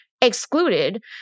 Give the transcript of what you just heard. excluded